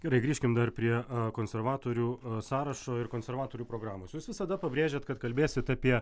gerai grįžkim dar prie konservatorių sąrašo ir konservatorių programos jūs visada pabrėžėt kad kalbėsit apie